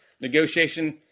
negotiation